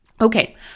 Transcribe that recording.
Okay